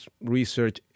research